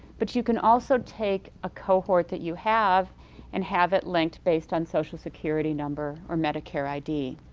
but you can also take a cohort that you have and have, it linked based on social security number or medicare id.